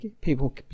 People